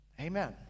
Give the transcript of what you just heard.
amen